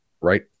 right